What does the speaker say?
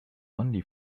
only